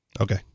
Okay